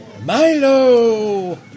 Milo